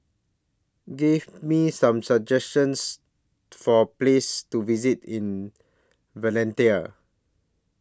Give Me Some suggestions For Places to visit in Valletta